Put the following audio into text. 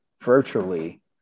virtually